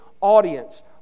audience